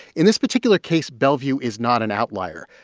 in this particular case, bellevue is not an outlier.